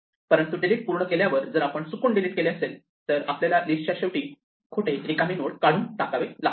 परंतु डिलीट पूर्ण केल्यावर जर आपण चुकून डिलीट केले असेल तर आपल्याला लिस्टच्या शेवटी खोटे रिकामे नोड काढून टाकावे लागतील